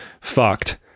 fucked